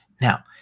Now